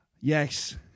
Yes